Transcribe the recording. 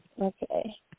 Okay